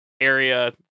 area